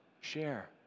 share